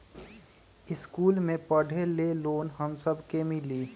इश्कुल मे पढे ले लोन हम सब के मिली?